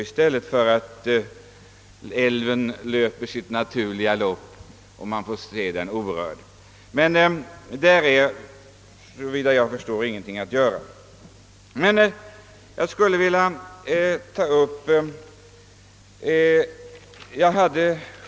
I stället för att älven får löpa sitt naturliga lopp och man får se den orörd blir det alltså ett turistjippo.